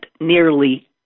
nearly